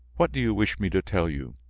what do you wish me to tell you?